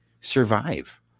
survive